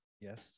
Yes